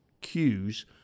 cues